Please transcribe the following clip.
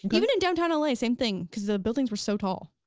but even in downtown la same thing, cause the buildings were so tall.